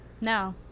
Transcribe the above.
No